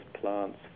plants